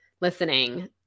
listening